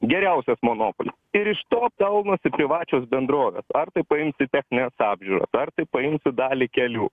geriausias monopolis ir iš to pelnosi privačios bendrovės ar tai paimsi technines apžiūras ar tai paimsi dalį kelių